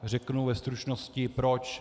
Řeknu ve stručnosti proč.